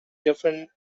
different